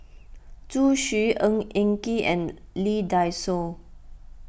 Zhu Xu Ng Eng Kee and Lee Dai Soh